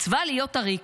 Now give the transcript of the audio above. מצווה להיות עריק.